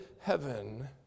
heaven